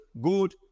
good